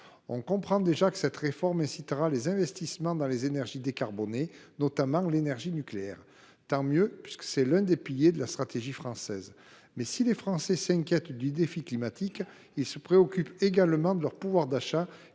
le comprend déjà – favorisera les investissements dans les énergies décarbonées, notamment l’énergie nucléaire. Tant mieux, puisque cela correspond à l’un des piliers de la stratégie française. Toutefois, si les Français s’inquiètent du défi climatique, ils se préoccupent également de leur pouvoir d’achat